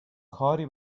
کاری